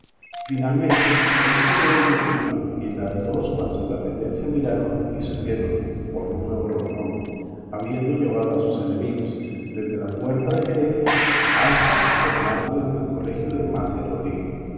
finalmente él quedó en mi opinión y en la de todos cuantos la pendencia miraron y supieron por un nuevo rodamonte habiendo llevado a sus enemigos desde la puerta de jerez hasta los mármoles del colegio de mase rodrigo